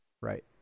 right